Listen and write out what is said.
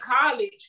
college